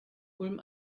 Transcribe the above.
ulm